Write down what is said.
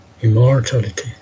immortality